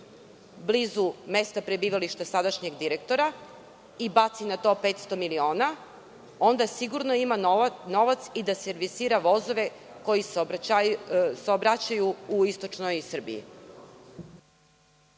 blizu mesta prebivališta sadašnjeg direktora i baci na to 500 miliona, onda sigurno ima novac i da servisira vozove koji saobraćaju u istočnoj Srbiji.